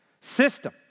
system